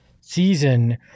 season